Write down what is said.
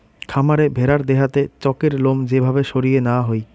খামারে ভেড়ার দেহাতে চকের লোম যে ভাবে সরিয়ে নেওয়া হই